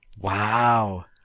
Wow